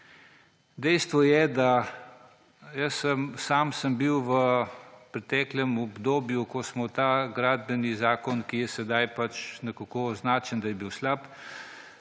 prispevek. Sam sem bil v preteklem obdobju, ko smo ta gradbeni zakon, ki je sedaj nekako označen, da je bil slab,